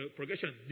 progression